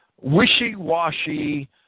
wishy-washy